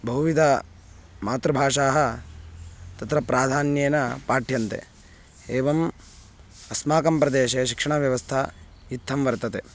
बहुविध मातृभाषाः तत्र प्राधान्येन पाठ्यन्ते एवम् अस्माकं प्रदेशे शिक्षणव्यवस्था इत्थं वर्तते